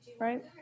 right